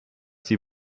die